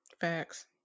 Facts